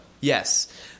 Yes